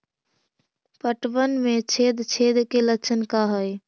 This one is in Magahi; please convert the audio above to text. पतबन में छेद छेद के लक्षण का हइ?